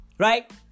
Right